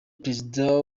perezida